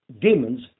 demons